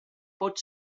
pot